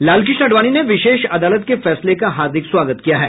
लालकृष्ण आडवाणी ने विशेष अदालत के फैसले का हार्दिक स्वागत किया है